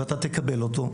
ואתה תקבל אותו,